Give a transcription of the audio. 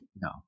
no